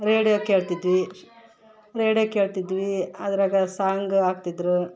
radio ಕೇಳ್ತಿದ್ವಿ radio ಕೇಳ್ತಿದ್ವಿ ಅದ್ರಾಗೆ ಸಾಂಗ್ ಹಾಕ್ತಿದ್ರ್